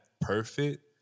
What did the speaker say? perfect